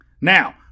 Now